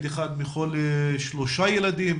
ילד אחד מכל שלושה ילדים,